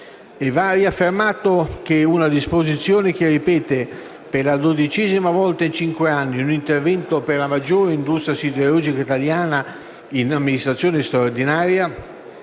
Va riaffermato che una disposizione che ripete per la dodicesima volta in cinque anni un intervento per la maggiore industria siderurgica italiana in amministrazione straordinaria,